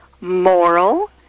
moral